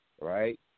right